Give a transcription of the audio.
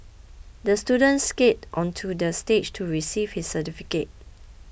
the student skated onto the stage to receive his certificate